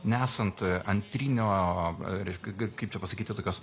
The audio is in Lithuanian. nesant antrinio reiškia kaip čia pasakyti tokios